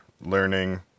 learning